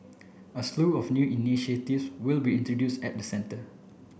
a slew of new initiatives will be introduced at the centre